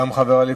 גם חבר הליכוד,